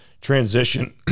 transition